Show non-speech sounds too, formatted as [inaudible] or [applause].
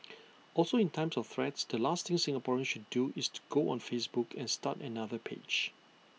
[noise] also in times of threats the last thing Singaporeans should do is to go on Facebook and start another page